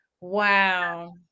Wow